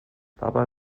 dabei